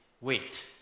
wait